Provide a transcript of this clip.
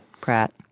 Pratt